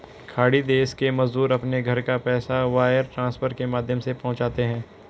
खाड़ी देश के मजदूर अपने घर पैसा वायर ट्रांसफर के माध्यम से पहुंचाते है